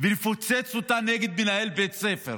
ולפוצץ אותה נגד מנהל בית ספר?